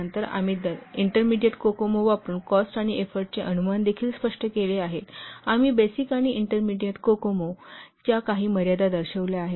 नंतर आम्ही intermediate COCOMO वापरून कॉस्ट आणि एफोर्टचे अनुमान देखील स्पष्ट केले आहे आम्ही बेसिक आणि इंटरमेडिएट कोकोमो च्या काही मर्यादा दर्शविल्या आहेत